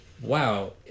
Wow